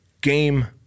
game